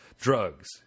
Drugs